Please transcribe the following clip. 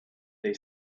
they